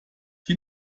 die